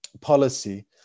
policy